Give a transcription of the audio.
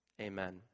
amen